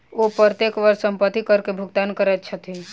ओ प्रत्येक वर्ष संपत्ति कर के भुगतान करै छथि